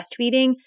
breastfeeding